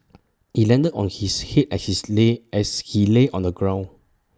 IT landed on his Head as he lay on the ground